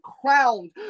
crowned